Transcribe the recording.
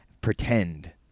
pretend